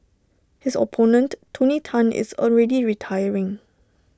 his opponent tony Tan is already retiring